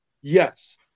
yes